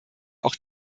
auch